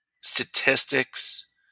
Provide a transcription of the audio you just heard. statistics